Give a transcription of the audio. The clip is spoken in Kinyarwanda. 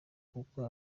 kuko